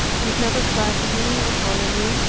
he's never flattered me nor honoured me.